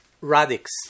radix